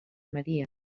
maria